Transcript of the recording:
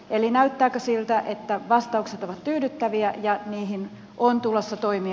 eli näyttääkö siltä että vastaukset ovat tyydyttäviä ja niihin on tulossa toimia